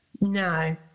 no